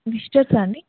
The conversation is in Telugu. విజిటర్స్ అండి